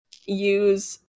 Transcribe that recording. use